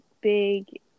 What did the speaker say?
big